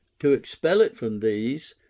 to expel it from these,